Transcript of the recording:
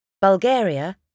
Bulgaria